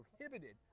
prohibited